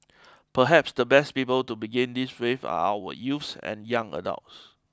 perhaps the best people to begin this with are our youths and young adults